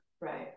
right